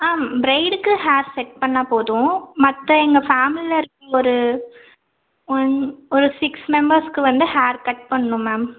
ஆ ப்ரைடுக்கு hair set பண்ணால் போதும் மற்ற எங்கள் ஃபேமிலியில இருக்க ஒரு ஒன் ஒரு சிக்ஸ் மெம்பெர்ஸ்க்கு வந்து ஹேர் கட் பண்ணணும் மேம்